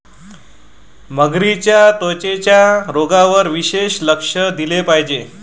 मगरींच्या त्वचेच्या रोगांवर विशेष लक्ष दिले पाहिजे